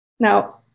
Now